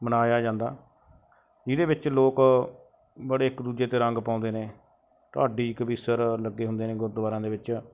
ਮਨਾਇਆ ਜਾਂਦਾ ਜਿਹਦੇ ਵਿੱਚ ਲੋਕ ਬੜੇ ਇੱਕ ਦੂਜੇ 'ਤੇ ਰੰਗ ਪਾਉਂਦੇ ਨੇ ਢਾਡੀ ਕਵੀਸ਼ਰ ਲੱਗੇ ਹੁੰਦੇ ਨੇ ਗੁਰਦੁਆਰਿਆਂ ਦੇ ਵਿੱਚ